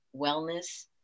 wellness